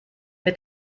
mit